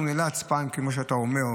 כמו שאתה אומר,